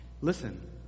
Listen